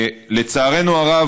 לצערנו הרב,